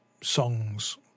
songs